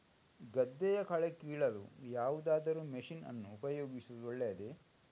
ಗದ್ದೆಯ ಕಳೆ ಕೀಳಲು ಯಾವುದಾದರೂ ಮಷೀನ್ ಅನ್ನು ಉಪಯೋಗಿಸುವುದು ಒಳ್ಳೆಯದೇ?